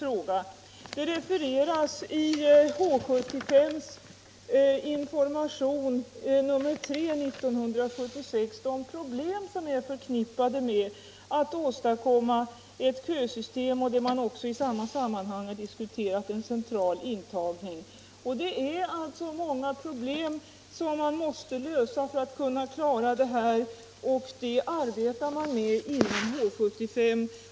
I H 75:s information nr 3 år 1976 redogörs för de problem som är förknippade med åstadkommandet av ett kösystem och en central intagning, som också diskuterats i det sammanhanget. Många problem måste lösas för att klara detta, och det arbetar man med inom H 75.